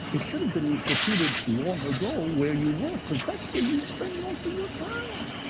it should have been instituted long ago where you work, because that's where you spend most of your time.